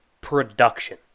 Production